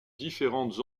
différentes